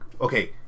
Okay